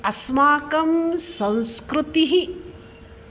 अस्माकं संस्कृतिः